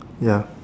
ya